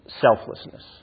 selflessness